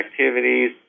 activities